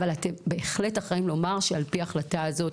אבל אתם בהחלט אחראים לומר שעל פי ההחלטה הזאת,